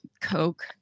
Coke